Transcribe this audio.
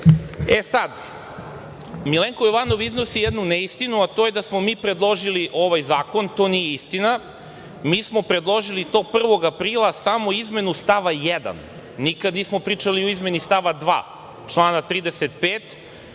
Milenko Jovanov iznosi jednu neistinu a to je da smo mi predložili ovaj zakon. To nije istina. Mi smo predložili to 1. aprila, samo izmenu stava 1. nikada nismo pričali o izmeni stava 2. člana 35.